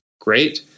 Great